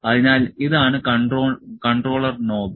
അതിനാൽ ഇതാണ് controller knob